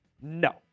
No